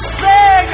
say